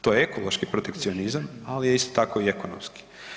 To je ekološki protekcionizam ali je isto tako i ekonomski.